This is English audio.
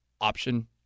option